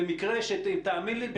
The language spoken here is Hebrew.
למקרה שתאמין לי,